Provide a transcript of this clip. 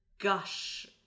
gush